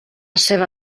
seva